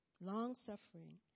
Long-suffering